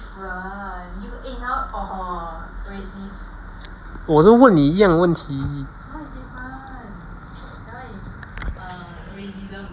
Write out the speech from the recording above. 我是问你一样的问题